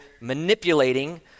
manipulating